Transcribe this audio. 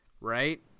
right